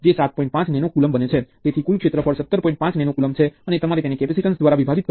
તેથી ચાલો પહેલા આપણે તે જ મોડેલમાં તત્વો લઈએ જેની આપણે પહેલા સાથે ચર્ચા કરી હતી